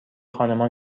خانمان